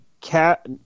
cat